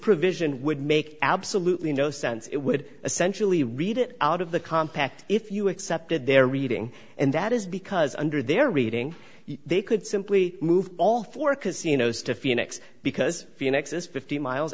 provision would make absolutely no sense it would essentially read it out of the compact if you accepted their reading and that is because under their reading they could simply move all four casinos to phoenix because phoenix is fifty miles